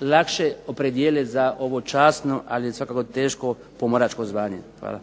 lakše opredijele za ovo časno, ali svakako teško pomoračko zvanje. Hvala.